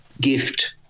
gift